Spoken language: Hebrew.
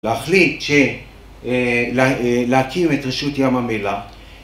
להחליט שלהקים את רשות ים המלח